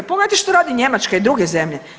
Pogledajte što radi Njemačka i druge zemlje?